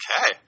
Okay